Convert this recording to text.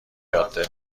جاده